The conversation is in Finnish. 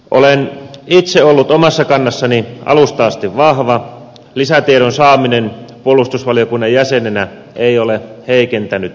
olen itse ollut omassa kannassani alusta asti vahva lisätiedon saaminen puolustusvaliokunnan jäsenenä ei ole heikentänyt kantaani